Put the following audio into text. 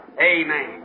Amen